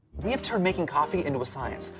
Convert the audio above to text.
we have turned making coffee into a science.